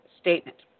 statement